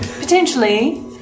Potentially